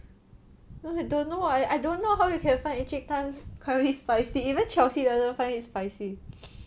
!wah! I don't know I don't know how you can find Encik Tan curry spicy even chelsea doesn't find it spicy